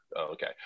Okay